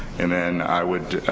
and then i would